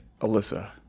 Alyssa